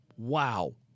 Wow